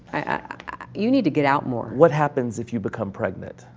i. you need to get out more. what happens if you become pregnant?